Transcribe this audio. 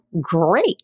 great